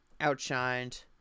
outshined